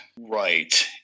Right